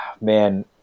man